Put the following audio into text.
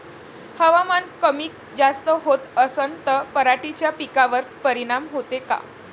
हवामान कमी जास्त होत असन त पराटीच्या पिकावर परिनाम होते का?